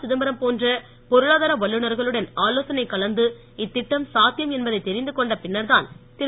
சிதம்பரம் போன்ற பொருளாதார வல்லுநர்களுடன் ஆலோசனை கலந்து இத்திட்டம் சாத்தியம் என்பதை தெரிந்து கொண்ட பின்னர் தான் திரு